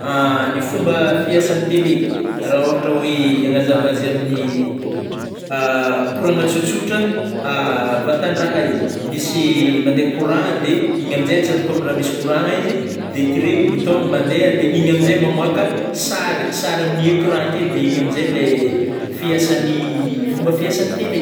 Ny fomba fiasagn'ny tele, rah ôhatra oe hagnazava azy amin'ny koragna tsotsotra vatan-draha izy misy mandeh courant de, igny amzay atsatoko am raha misy courant-na izy, de tiregny bouton mandeha de igny amnjay mamoaka sary -sary aminy écran ake de igny amnjay le fiasany fomba fiasany tele.